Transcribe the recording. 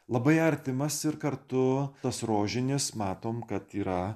labai artimas ir kartu tas rožinis matom kad yra